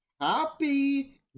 happy